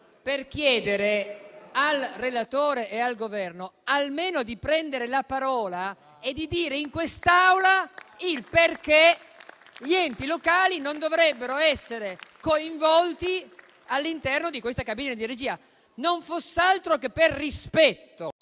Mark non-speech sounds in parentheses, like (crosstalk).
per chiedere al relatore e al Governo almeno di prendere la parola e di dire in quest'Aula il perché gli enti locali non dovrebbero essere coinvolti all'interno di questa cabina di regia. (applause) Non fosse altro che per rispetto